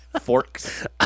forks